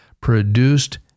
produced